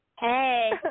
Hey